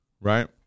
right